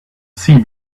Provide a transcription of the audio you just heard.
see